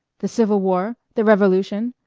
the civil war? the revolution?